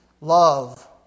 love